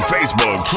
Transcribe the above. Facebook